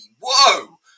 whoa